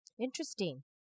Interesting